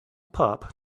pup